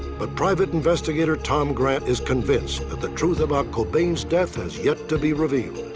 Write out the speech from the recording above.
but private investigator tom grant is convinced that the truth about cobain's death has yet to be revealed.